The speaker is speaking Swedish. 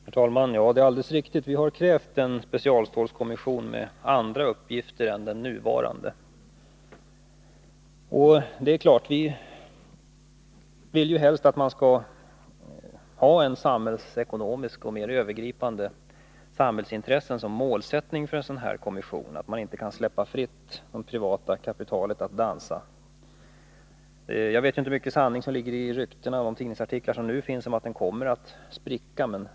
Herr talman! Ja, det är alldeles riktigt att vi har krävt en specialstålskommission med andra uppgifter än den nuvarande har. Det är klart att vi helst vill att man skall ha ett mer övergripande samhällsintresse som målsättning för en sådan här kommission. Man kan inte släppa det privata kapitalet fritt att dansa. Jag vet inte hur mycket sanning det ligger i ryktena i vissa tidningsartiklar om att kommissionen kommer att spricka.